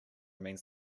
means